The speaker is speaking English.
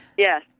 Yes